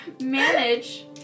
manage